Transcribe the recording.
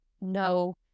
no